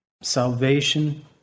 salvation